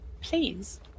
Please